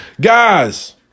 Guys